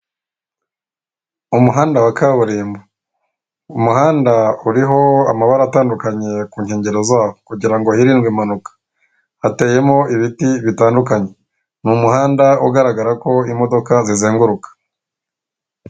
Umuhanda wa kaburimbo, umuhanda uriho amabara atandukanye ku nkengero zawo kugira ngo hirindwe impanuka, hateyemo ibiti bitandukanye, ni umuhanda ugaragara ko imodoka zizenguruka.